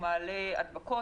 הוא מעלה הדבקות.